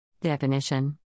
Definition